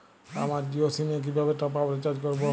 আমার জিও সিম এ কিভাবে টপ আপ রিচার্জ করবো?